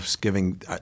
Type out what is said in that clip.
giving